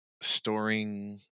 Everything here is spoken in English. storing